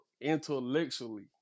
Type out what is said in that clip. intellectually